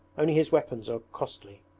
only his weapons are costly.